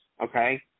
okay